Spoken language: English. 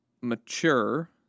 mature